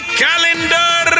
calendar